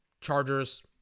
Chargers